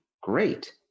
great